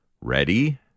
Ready